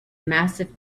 massive